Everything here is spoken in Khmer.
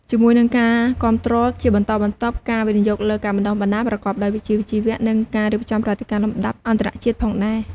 ជាមួយនឹងការគាំទ្រជាបន្តបន្ទាប់ ការវិនិយោគលើការបណ្ដុះបណ្ដាលប្រកបដោយវិជ្ជាជីវៈ និងការរៀបចំព្រឹត្តិការណ៍លំដាប់អន្តរជាតិផងដែរ។